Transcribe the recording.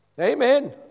Amen